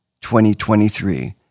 2023